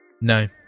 no